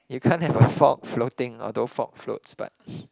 you can't have a fault floating although fault floats but